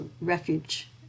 refuge